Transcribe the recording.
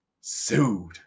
Sued